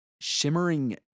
shimmering